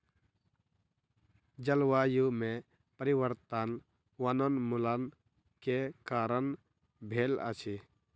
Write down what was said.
जलवायु में परिवर्तन वनोन्मूलन के कारण भेल अछि